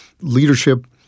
leadership